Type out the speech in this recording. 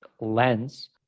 lens